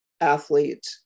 athlete